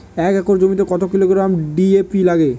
এক একর জমিতে কত কিলোগ্রাম ডি.এ.পি লাগে?